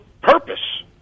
purpose